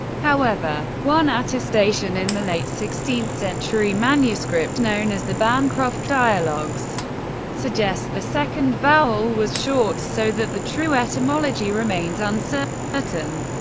however, one attestation in the late sixteenth century manuscript known as the bancroft dialogues suggests the second vowel was short, so that the true etymology remains uncertain.